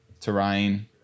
terrain